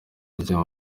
rya